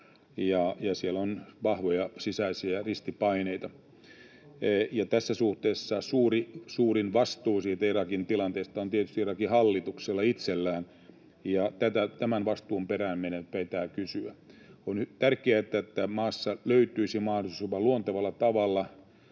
ja siellä on vahvoja sisäisiä ristipaineita. Ja tässä suhteessa suurin vastuu siitä Irakin tilanteesta on tietysti Irakin hallituksella itsellään, ja tämän vastuun perään meidän pitää kysyä. On tärkeää, että maassa löytyisi mahdollisimman luontevalla tavalla